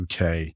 UK